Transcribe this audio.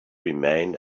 remained